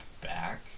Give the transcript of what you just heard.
back